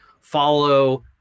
follow